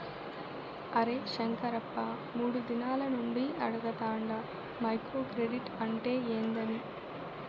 అరే శంకరప్ప, మూడు దినాల నుండి అడగతాండ మైక్రో క్రెడిట్ అంటే ఏందని